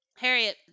Harriet